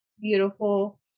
Beautiful